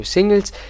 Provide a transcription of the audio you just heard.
Singles